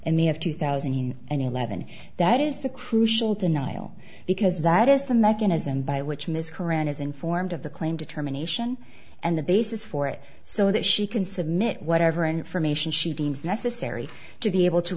and they have two thousand and eleven that is the crucial denial because that is the mechanism by which ms qur'an is informed of the claim determination and the basis for it so that she can submit whatever information she deems necessary to be able to